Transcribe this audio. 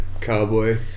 cowboy